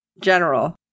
general